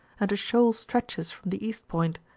and a shoal stretches from the east point,